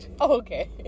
Okay